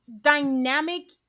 dynamic